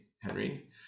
Henry